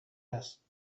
است